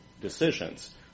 decisions